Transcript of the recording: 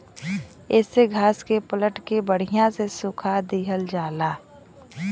येसे घास के पलट के बड़िया से सुखा दिहल जाला